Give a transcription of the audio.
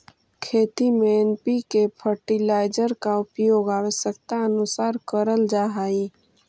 खेती में NPK fertiliser का उपयोग आवश्यकतानुसार करल जा हई